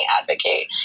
advocate